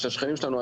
שהם שכנים שלנו,